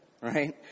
right